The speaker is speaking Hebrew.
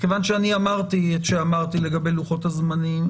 מכיוון שאני אמרתי את שאמרתי לגבי לוחות הזמנים,